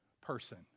person